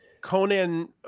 Conan